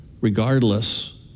regardless